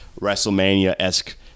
Wrestlemania-esque